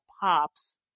Pop's